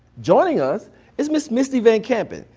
joining us is miss misty vancampen.